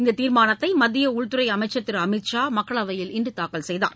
இந்த தீர்மானத்தை மத்திய உள்துறை அமைச்சர் திரு அமித்ஷா மக்களவையில் இன்று தாக்கல் செய்தார்